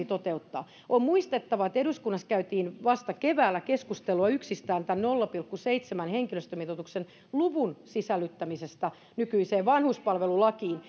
toteuttaa on muistettava että eduskunnassa käytiin vasta keväällä keskustelua yksistään tämän nolla pilkku seitsemän henkilöstömitoituksen luvun sisällyttämisestä nykyiseen vanhuspalvelulakiin